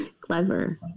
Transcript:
Clever